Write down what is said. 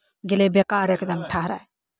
गेलै बेकार एकदम ठहराय